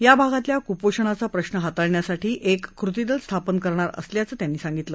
या भागातल्या कुपोषणाचा प्रश्न हाताळण्यासाठी एक कृती दल स्थापन करणार असल्याचंही त्यांनी सांगितलं